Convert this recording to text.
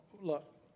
look